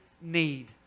need